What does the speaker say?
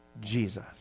Jesus